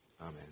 amen